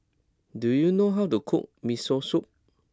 do you know how to cook Miso Soup